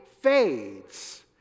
fades